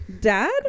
Dad